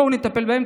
בואו נטפל בהם.